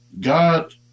God